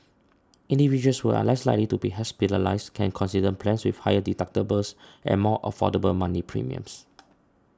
individuals who are less likely to be hospitalised can consider plans with higher deductibles and more affordable monthly premiums